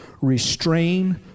restrain